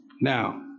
Now